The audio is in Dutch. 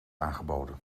aangeboden